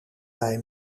bij